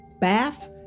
bath